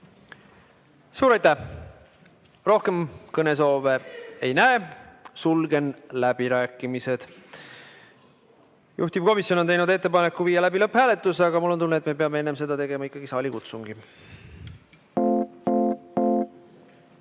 Suur aitäh! Rohkem kõnesoove ei näe. Sulgen läbirääkimised. Juhtivkomisjon on teinud ettepaneku viia läbi lõpphääletus, aga mul on tunne, et me peame enne seda tegema ikkagi saalikutsungi. Head